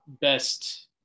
best